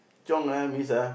chiong ah means ah